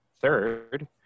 third